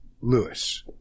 Lewis